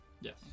Yes